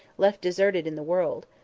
left deserted in the world.